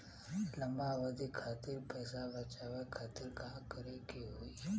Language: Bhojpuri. लंबा अवधि खातिर पैसा बचावे खातिर का करे के होयी?